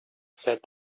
said